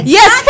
yes